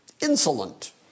insolent